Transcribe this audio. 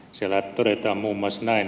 siellä todetaan muun muassa näin